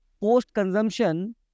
post-consumption